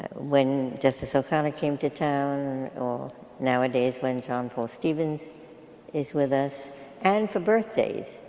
and when justice o'conner came to town or nowadays when john paul stevens is with us and for birthdays,